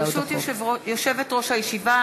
ברשות יושבת-ראש הישיבה,